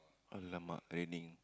!alamak! training